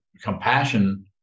compassion